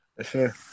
sure